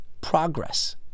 Progress